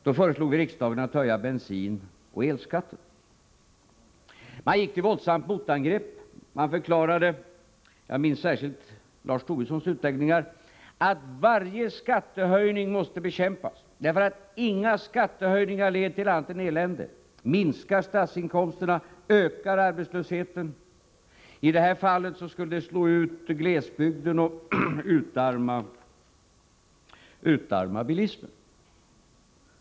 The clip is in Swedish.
Då föreslog vi riksdagen att fatta beslut om en höjning av bensinoch elskatten. De borgerliga partierna gick till våldsamt motangrepp. De förklarade — jag minns särskilt Lars Tobissons utläggningar — att varje skattehöjning måste bekämpas, eftersom inga skattehöjningar leder till annat än elände, utan minskar statsinkomsterna och ökar arbetslösheten. I det här fallet skulle skattehöjningarna slå ut glesbygden och utarma bilismen.